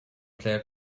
player